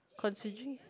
considering